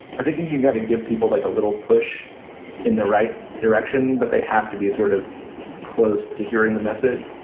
i think you got to give people like a little push in the right direction, but they have to be sort of close to hearing the message.